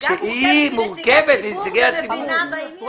שהיא גם מורכבת מנציגי ציבור ומדינה בעניין.